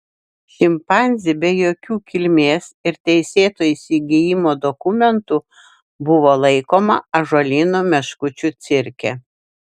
šimpanzė be jokių kilmės ir teisėto įsigijimo dokumentų buvo laikoma ąžuolyno meškučių cirke